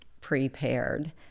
prepared